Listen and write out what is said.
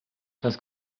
das